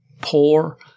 poor